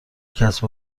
کسب